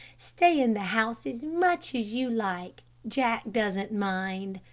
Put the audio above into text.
stay in the house as much as you like. jack doesn't mind,